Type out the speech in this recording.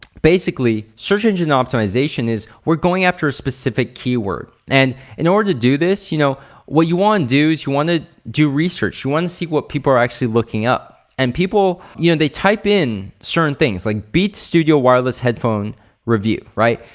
basically search engine optimization is we're going after a specific key word and in order to do this, you know what you wanna do is you wanna do research. you wanna see what people are actually looking up. and people, and they type in certain things like beats studio wireless headphone review, right?